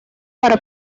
para